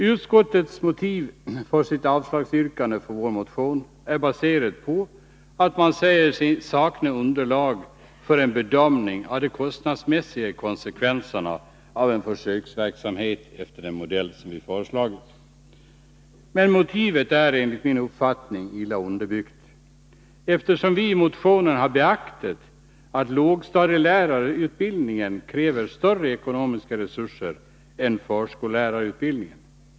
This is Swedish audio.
Utskottets motiv för sitt yrkande om avslag på vår motion är baserat på att Nr 157 man säger sig sakna underlag för en bedömning av de kostnadsmässiga Fredagen den konsekvenserna av en försöksverksamhet efter den modell vi föreslagit. — 27 maj 1983 Motivet är enligt min uppfattning illa underbyggt, eftersom vi i motionen har beaktat att lågstadielärarutbildningen kräver större ekonomiska resurser än Anslag till utbildförskollärarutbildningen.